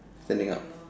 standing up